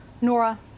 Nora